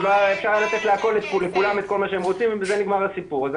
אז אפשר לתת לכולם את כל מה שהם רוצים ונגמר הסיפור.